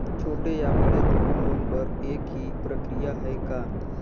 छोटे या बड़े दुनो लोन बर एक ही प्रक्रिया है का?